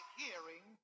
hearing